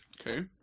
Okay